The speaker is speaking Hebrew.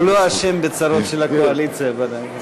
הוא לא אשם בצרות של הקואליציה בוודאי.